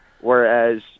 Whereas